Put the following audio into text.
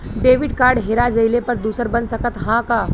Debit card हेरा जइले पर दूसर बन सकत ह का?